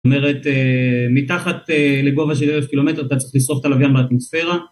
זאת אומרת, מתחת לגובה של 1,000 קילומטר אתה צריך לשרוף את הלוויין באטמוספירה